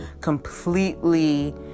completely